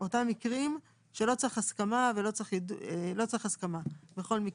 אותם מקרים שלא צריך הסכמה, בכל מקרה.